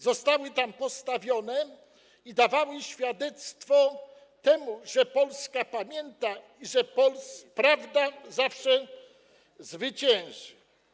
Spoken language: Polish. Zostały tam postawione i dawały świadectwo temu, że Polska pamięta i że prawda zawsze zwycięży.